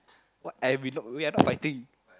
what I we not we are not fighting